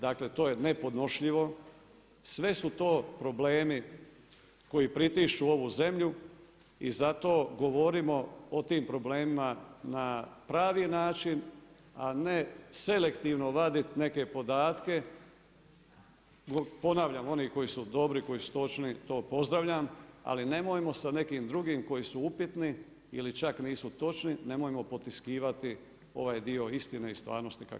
Dakle, to je nepodnošljivo, sve su to problemi koji pritišću ovu zemlju i zato govorimo o tim problemima na pravi način, a ne selektivno vaditi neke podatke, ponavljam, oni koji su dobri, koji su točni, to pozdravljam, ali nemojmo sa nekim drugim koji su upitni ili čak nisu točni, nemojmo potiskivati ovaj dio istine i stvarnosti kakav je.